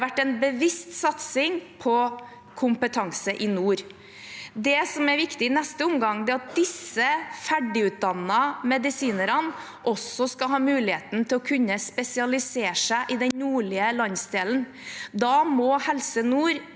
vært en bevisst satsing på kompetanse i nord. Det som er viktig i neste omgang, er at disse ferdigutdannede medisinerne også skal ha mulig heten til å kunne spesialisere seg i den nordlige landsdelen. Da må Helse Nord